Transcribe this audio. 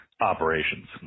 operations